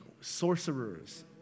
sorcerers